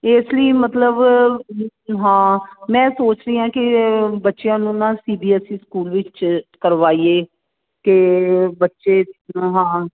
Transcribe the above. ਇਸ ਲਈ ਮਤਲਬ ਹਾਂ ਮੈਂ ਸੋਚ ਰਹੀ ਹਾਂ ਕਿ ਬੱਚਿਆਂ ਨੂੰ ਨਾ C B S E school ਵਿੱਚ ਕਰਵਾਈਏ ਕਿ ਬੱਚੇ ਹਾਂ